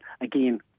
again